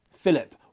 Philip